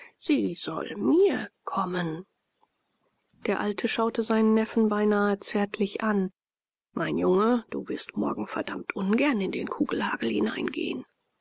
sie soll mir kommen der alte schaute seinen neffen beinahe zärtlich an mein junge du wirst morgen verdammt ungern in den kugelhagel hineingehen